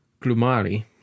Glumari